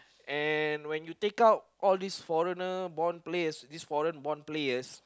and when you take out all these foreigner born players these foreign born players